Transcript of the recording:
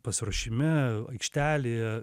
pasiruošime aikštelėje